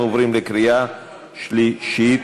אנחנו עוברים לקריאה שלישית.